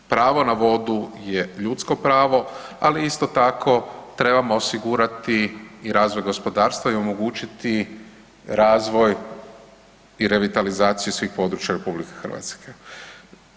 Pravo na vodu je ljudsko pravo, ali isto tako trebamo osigurati i razvoj gospodarstva i omogućiti razvoj i revitalizaciju svih područja RH.